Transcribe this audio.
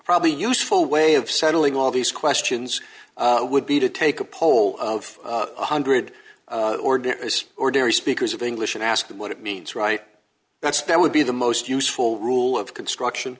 probably useful way of settling all these questions would be to take a poll of one hundred order is ordinary speakers of english and ask them what it means right that's that would be the most useful rule of construction